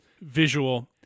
visual